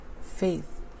faith